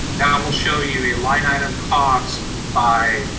that will show you a line item cost by